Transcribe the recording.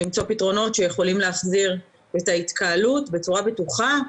למצוא פתרונות שיכולים להחזיר את ההתקהלות בצורה בטוחה,